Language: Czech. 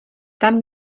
tam